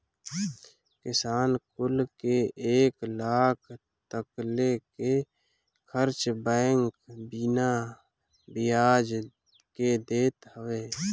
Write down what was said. किसान कुल के एक लाख तकले के कर्चा बैंक बिना बियाज के देत हवे